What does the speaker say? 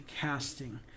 casting